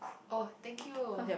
oh thank you